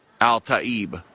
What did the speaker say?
Al-Taib